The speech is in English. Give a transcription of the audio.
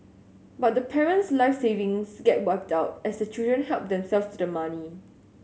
but the parent's life savings get wiped out as the children help themselves to the money